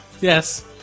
Yes